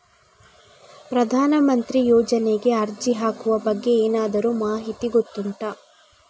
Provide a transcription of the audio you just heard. ಪ್ರಧಾನ ಮಂತ್ರಿ ಯೋಜನೆಗೆ ಅರ್ಜಿ ಹಾಕುವ ಬಗ್ಗೆ ಏನಾದರೂ ಮಾಹಿತಿ ಗೊತ್ತುಂಟ?